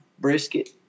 brisket